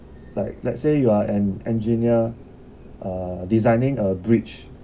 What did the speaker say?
like let's say you are an engineer uh designing a bridge